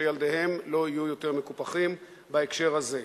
שילדיהם לא יהיו מקופחים יותר בהקשר הזה.